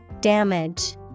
Damage